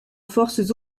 forces